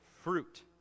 fruit